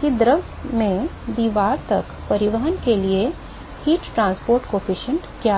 कि द्रव से दीवार तक परिवहन के लिए ऊष्मा परिवहन गुणांक क्या है